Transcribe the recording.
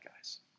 guys